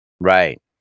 Right